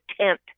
tent